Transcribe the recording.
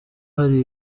hari